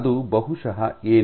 ಅದು ಬಹುಶಃ ಏನು